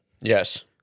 Yes